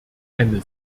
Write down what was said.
eine